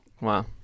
Wow